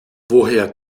woher